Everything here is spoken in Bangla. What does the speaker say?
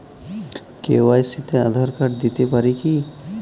কে.ওয়াই.সি তে আধার কার্ড দিতে পারি কি?